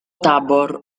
tabor